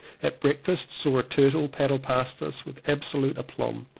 at breakfast saw a turtle paddle past us with absolute aplomb,